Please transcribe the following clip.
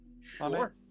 Sure